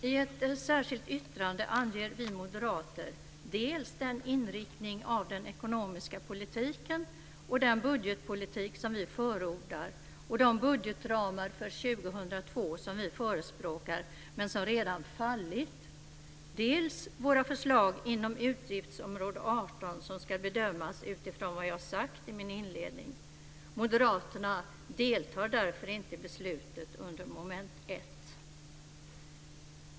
I ett särskilt yttrande anger vi moderater dels den inriktning av den ekonomiska politiken och den budgetpolitik som vi förordar och de budgetramar för 2002 som vi förespråkar men som redan "fallit", dels våra förslag inom utgiftsområde 18 som ska bedömas utifrån vad jag sagt i min inledning. Moderaterna deltar därför inte i beslutet under mom. 1.